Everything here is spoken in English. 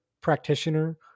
practitioner